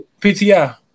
pti